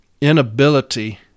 inability